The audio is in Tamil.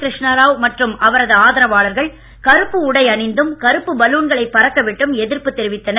கிருஷ்ணாராவ் மற்றும் அவரது ஆதரவாளர்கள் கருப்பு உடை அணிந்தும் கருப்பு பலூன்களைப் பறக்க விட்டும் எதிர்ப்பு தெரிவித்தளர்